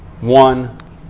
one